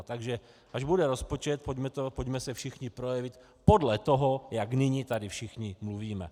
Takže až bude rozpočet, pojďme se všichni projevit podle toho, jak nyní tady všichni mluvíme.